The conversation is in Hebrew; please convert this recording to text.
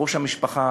לראש המשפחה